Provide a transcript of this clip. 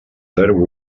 zero